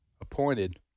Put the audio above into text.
appointed